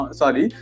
sorry